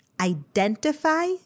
Identify